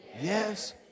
yes